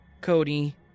Cody